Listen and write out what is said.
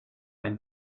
ein